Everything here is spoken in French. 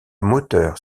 moteur